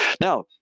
Now